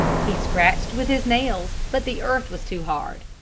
he scratched with his nails, but the earth was too hard.